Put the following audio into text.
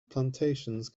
plantations